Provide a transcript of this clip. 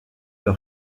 leur